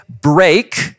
break